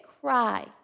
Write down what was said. cry